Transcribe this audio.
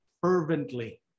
fervently